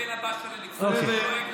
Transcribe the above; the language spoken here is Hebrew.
לקמפיין הבא, דואג לקשישים,